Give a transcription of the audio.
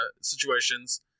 situations